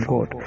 God